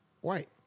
White